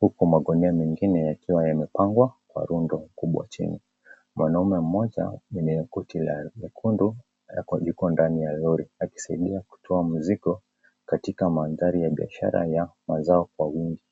huku magunia mengine yakiwa yamepangwa kwa rundo kubwa chini. Mwanamume mmoja mwenye koti nyekundu yuko ndani ya lori akisaidia kutoa mzigo katika manthali ya biashara ya mazao kwa wingi.